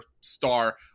star